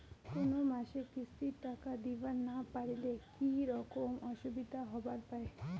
কোনো মাসে কিস্তির টাকা দিবার না পারিলে কি রকম অসুবিধা হবার পায়?